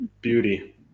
beauty